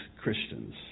Christians